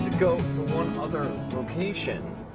go to one other location